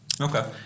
Okay